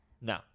No